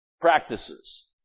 practices